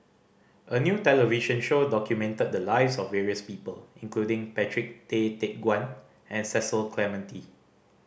a new television show documented the lives of various people including Patrick Tay Teck Guan and Cecil Clementi